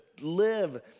live